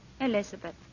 Elizabeth